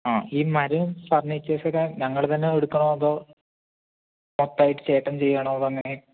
ആ ഈ മരം ഫർണിച്ചേഴ്സൊക്കെ ഞങ്ങൾ തന്നെ എടുക്കണോ അതോ മൊത്തായിട്ട് ചേട്ടൻ ചെയ്യുകയാണോ അതോ അങ്ങനെ